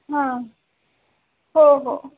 हां हो हो